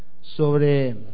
sobre